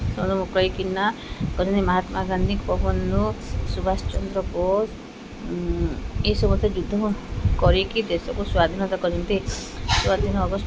ମୁକୁଳାଇକିନା କରନ୍ତି ମହାତ୍ମା ଗାନ୍ଧୀ ଗୋପବନ୍ଧୁ ସୁବାଷ ଚନ୍ଦ୍ର ବୋଷ ଏ ସମସ୍ତେ ଯୁଦ୍ଧ କରିକି ଦେଶକୁ ସ୍ଵାଧୀନତା କରିଛନ୍ତି ସ୍ୱାଧୀନ ଅଗଷ୍ଟ